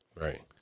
Right